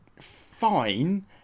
fine